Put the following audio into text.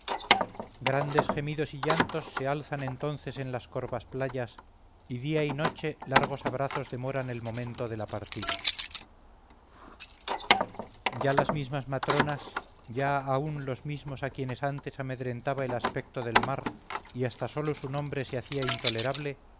grandes gemidos y llantos se alzan entonces en las corvas playas y día y noche largos abrazos demoran el momento de la partida ya las mismas matronas ya aun los mismos a quienes antes amedrentaba el aspecto del mar y hasta sólo su nombre se hacía intolerable